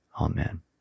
Amen